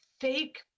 fake